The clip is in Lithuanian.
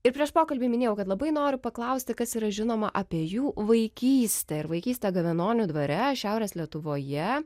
ir prieš pokalbį minėjau kad labai noriu paklausti kas yra žinoma apie jų vaikystę ir vaikystę gavenonių dvare šiaurės lietuvoje